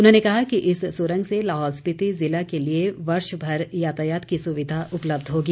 उन्होंने कहा कि इस सुरंग से लाहौल स्पीति ज़िला के लिए वर्षभर यातायात की सुविधा उपलब्ध होगी